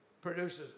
produces